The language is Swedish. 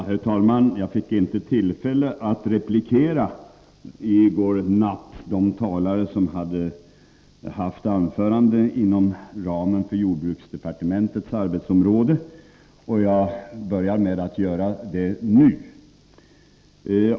Herr talman! I går kväll fick jag inte tillfälle att replikera de talare som i sina anföranden berört frågor inom ramen för jordbruksdepartementets arbetsområde. Jag börjar med att göra det nu.